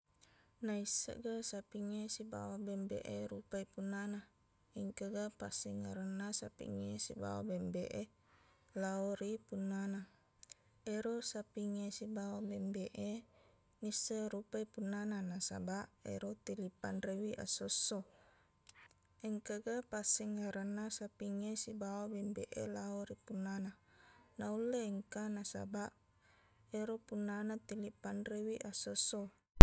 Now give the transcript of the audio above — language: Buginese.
Naissegga sapingnge sibawa bembeq e rupai punnana. Engkaga passingerenna sapingnge sibawa bembeq e lao ri punnana. Ero sapingnge sibawa bembeq e, nisseng rupai punnana. Nasabaq, ero telippanrewi essosso. Engkaga passingerenna sapingnge sibawa bembeq e lao ri punnana. Naulle engka. Nasabaq, ero punnana telipanrewi essosso.